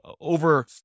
over